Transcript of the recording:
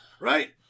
Right